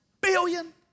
billion